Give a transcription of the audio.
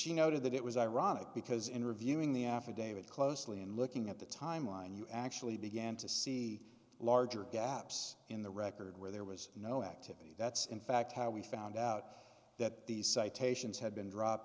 she noted that it was ironic because in reviewing the affidavit closely and looking at the timeline you actually began to see larger gaps in the record where there was no activity that's in fact how we found out that these citations had been dropped